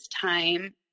time